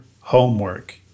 homework